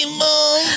mom